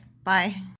Bye